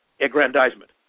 aggrandizement